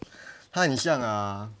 它很像 uh